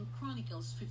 chronicles